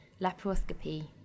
laparoscopy